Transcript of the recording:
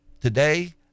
today